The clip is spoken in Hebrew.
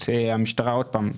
אם תרצה, נוכל לשלוח.